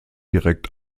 direkt